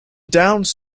downs